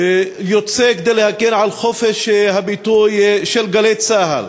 יוצא להגן על חופש הביטוי של "גלי צה"ל".